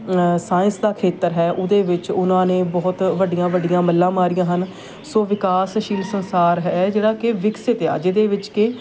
science ਦਾ ਖੇਤਰ ਹੈ ਉਹਦੇ ਵਿੱਚ ਉਹਨਾਂ ਨੇ ਬਹੁਤ ਵੱਡੀਆਂ ਵੱਡੀਆਂ ਮੱਲਾਂ ਮਾਰੀਆਂ ਹਨ ਸੋ ਵਿਕਾਸਸ਼ੀਲ ਸੰਸਾਰ ਹੈ ਜਿਹੜਾ ਕਿ ਵਿਕਸਿਤ ਹੈ ਜਿਹਦੇ ਵਿੱਚ ਕਿ